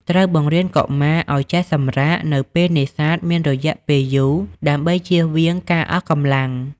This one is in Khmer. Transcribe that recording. ត្រូវបង្រៀនកុមារឱ្យចេះ សម្រាក នៅពេលនេសាទមានរយៈពេលយូរដើម្បីជៀសវាងការអស់កម្លាំង។